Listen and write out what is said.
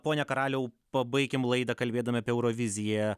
pone karaliau pabaikim laidą kalbėdami apie euroviziją